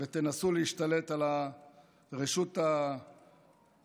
ותנסו להשתלט על הרשות השופטת.